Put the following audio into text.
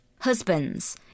Husbands